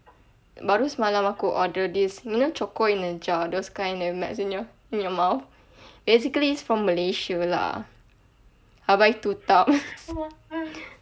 baru semalam aku order this you know choco in a jar those kind of that melts in your mouth basically it's from malaysia lah I buy two tubs